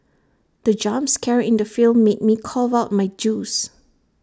the jump scare in the film made me cough out my juice